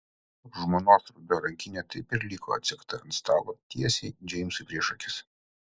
žmonos ruda rankinė taip ir liko atsegta ant stalo tiesiai džeimsui prieš akis